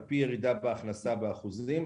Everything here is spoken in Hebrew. על פי ירידה בהכנסה באחוזים.